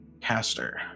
caster